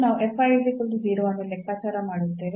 ನಾವು ಅನ್ನು ಲೆಕ್ಕಾಚಾರ ಮಾಡುತ್ತೇವೆ